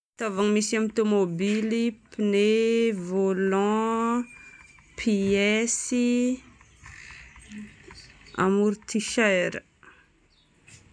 Fitaovagna misy amin'ny tômôbily: pneu, volant, pièces, amortisseur.